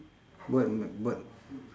birdm~ bird~